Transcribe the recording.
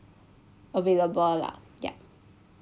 available lah ya